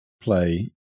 play